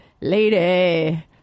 lady